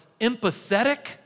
empathetic